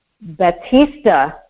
Batista